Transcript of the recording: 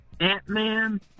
Ant-Man